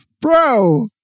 bro